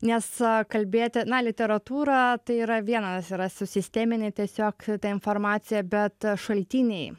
nes kalbėti na literatūra tai yra vienas yra susistemini tiesiog informaciją bet šaltiniai